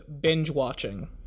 binge-watching